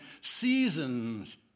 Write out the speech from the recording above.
seasons